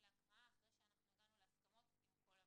להקראה אחרי שהגענו להסכמות עם כל המשרדים.